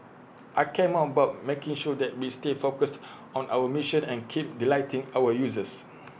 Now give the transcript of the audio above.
I care more about making sure that we stay focused on our mission and keep delighting our users